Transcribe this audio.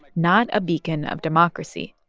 like not a beacon of democracy.